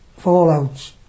fallouts